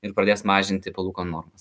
ir pradės mažinti palūkanų normas